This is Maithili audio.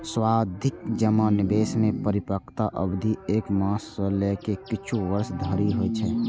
सावाधि जमा निवेश मे परिपक्वता अवधि एक मास सं लए के किछु वर्ष धरि होइ छै